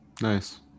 Nice